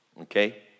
okay